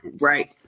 Right